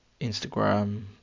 Instagram